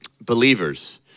believers